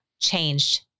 changed